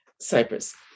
Cyprus